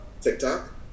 TikTok